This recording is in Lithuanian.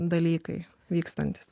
dalykai vykstantys